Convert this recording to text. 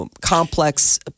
complex